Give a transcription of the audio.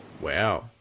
Wow